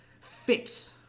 fix